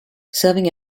serving